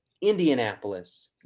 indianapolis